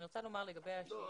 אני רוצה לומר לגבי השאלות --- לא,